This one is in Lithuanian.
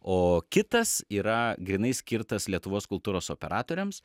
o kitas yra grynai skirtas lietuvos kultūros operatoriams